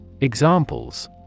Examples